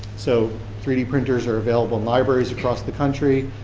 so three d printers are available in libraries across the country.